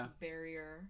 barrier